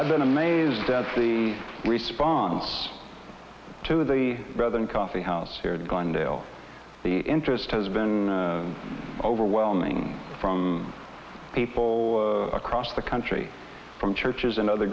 i've been amazed at the response to the brother in coffeehouse here and gone dale the interest has been overwhelming from people across the country from churches and other